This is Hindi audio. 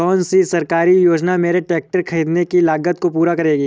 कौन सी सरकारी योजना मेरे ट्रैक्टर ख़रीदने की लागत को पूरा करेगी?